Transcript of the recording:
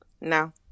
No